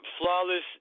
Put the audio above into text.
flawless